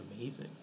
amazing